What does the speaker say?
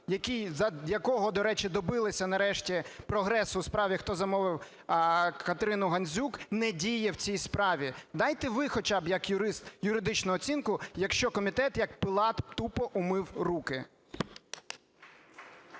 якого, до речі, добилися нарешті прогресу в справі, хто замовив Катерину Гандзюк, не діє в цій справі. Дайте ви хоча б як юрист юридичну оцінку, якщо комітет, як Пилат, тупо "умив руки".